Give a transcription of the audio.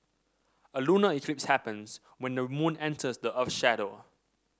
a lunar eclipse happens when the moon enters the earth's shadow